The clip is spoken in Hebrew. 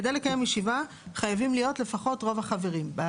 כדי לקיים ישיבה חייבים להיות לפחות רוב החברים.